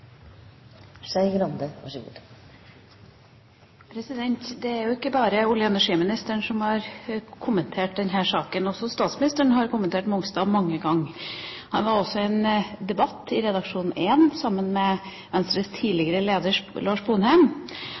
jo ikke bare olje- og energiministeren som har kommentert denne saken. Også statsministeren har kommentert Mongstad mange ganger. Han var også i en debatt i Redaksjon EN sammen med Venstres tidligere leder Lars